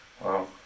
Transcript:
Wow